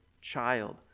child